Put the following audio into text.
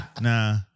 Nah